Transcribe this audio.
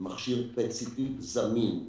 מכשיר PET-CT זמין.